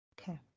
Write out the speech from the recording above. Okay